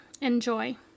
Enjoy